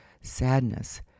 sadness